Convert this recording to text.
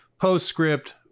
postscript